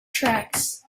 tracks